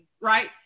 right